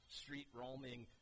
street-roaming